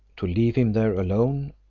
to leave him there alone,